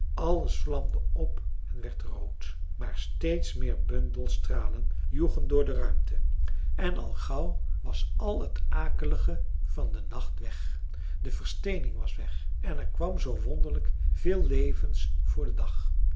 alles vlamde op en werd rood maar steeds meer bundels stralen joegen door de ruimte en al gauw was al het akelige van den nacht weg de versteening was weg en er kwam zoo wonderlijk veel levends voor den dag